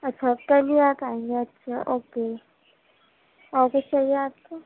اچھا چلیے آپ ائیے اچھا اوکے اور کچھ چاہیے آپ کو